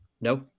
No